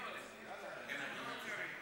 לא צריך.